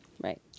Right